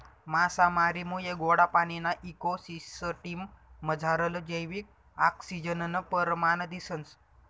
मासामारीमुये गोडा पाणीना इको सिसटिम मझारलं जैविक आक्सिजननं परमाण दिसंस